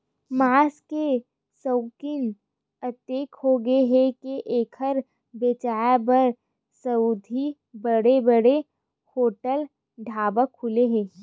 मांस के सउकिन अतेक होगे हे के एखर बेचाए बर सउघे बड़ बड़ होटल, ढाबा खुले हे